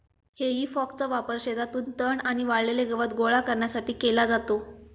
हेई फॉकचा वापर शेतातून तण आणि वाळलेले गवत गोळा करण्यासाठी केला जातो